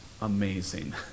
amazing